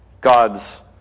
God's